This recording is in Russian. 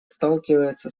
сталкивается